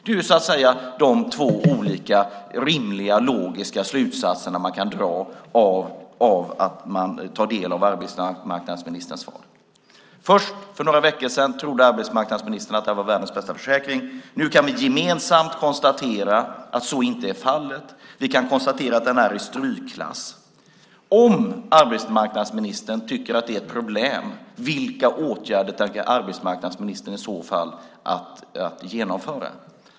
Det är så att säga de två olika rimliga, logiska slutsatser man kan dra när man tar del av arbetsmarknadsministerns svar. Först, för några veckor sedan, trodde arbetsmarknadsministern att det här var världens bästa försäkring. Nu kan vi gemensamt konstatera att så inte är fallet. Vi kan konstatera att den är i strykklass. Om arbetsmarknadsministern tycker att det är ett problem, vilka åtgärder tänker arbetsmarknadsministern i så fall genomföra?